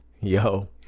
Yo